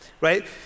right